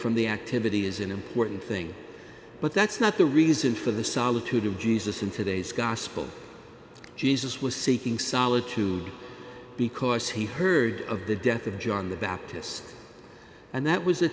the activity is an important thing but that's not the reason for the solitude of jesus in today's gospel jesus was seeking solitude because he heard of the death of john the baptist and that was